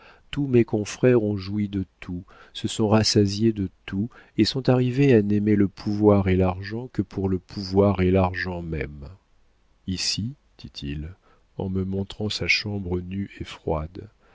tous mes confrères ont joui de tout se sont rassasiés de tout et sont arrivés à n'aimer le pouvoir et l'argent que pour le pouvoir et l'argent même ici dit-il en me montrant sa chambre nue et froide